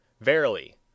Verily